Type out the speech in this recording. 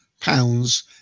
pounds